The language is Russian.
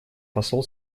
посол